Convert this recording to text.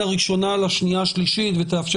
הקריאה הראשונה לקריאה השנייה והשלישית ותאפשר